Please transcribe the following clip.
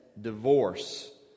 divorce